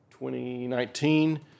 2019